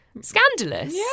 scandalous